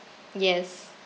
yes